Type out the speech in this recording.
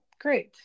great